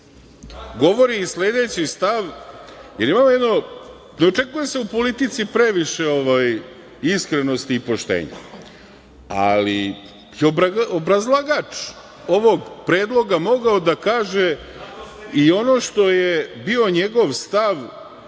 govori i sledeći stav, ne očekuje se u politici previše iskrenosti i poštenja, ali je obrazlagač ovog predloga mogao da kaže i ono što je bio njegov stav,